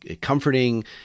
comforting